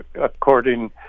according